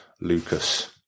Lucas